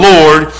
Lord